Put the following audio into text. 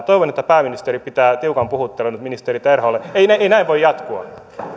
toivon että pääministeri pitää tiukan puhuttelun nyt ministeri terholle ei näin voi jatkua